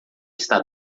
está